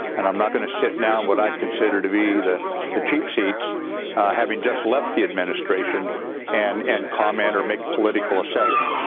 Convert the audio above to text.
and i'm not going to shit now on what i consider to be the the cheap seats having just left the administration and and commander make political assessment